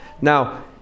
Now